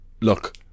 look